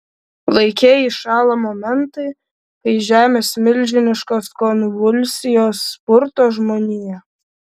laike įšąla momentai kai žemės milžiniškos konvulsijos purto žmoniją